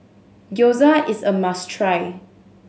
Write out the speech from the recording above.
gyoza is a must try